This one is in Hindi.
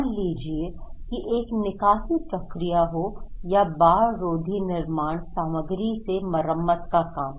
मान लीजिए कि एक निकासी प्रक्रिया हो या बाढ़ रोधी निर्माण सामग्री से मरम्मत का काम